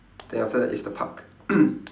then after that is the park